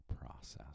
process